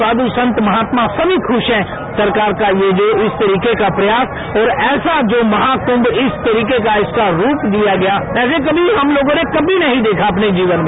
साध् संत महात्मा सभी ख्या हैं सरकार का ये जो इस तरीके का प्रयास और ऐसा जो महाकुंभ इस तरीका का इसका रूप दिया गया ऐसे कभी हम लोगों ने कभी नहीं देखा अपने जीवन में